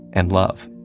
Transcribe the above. and love.